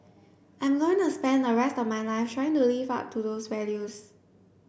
I'm going to spend the rest of my life trying to live up to those values